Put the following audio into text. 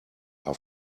are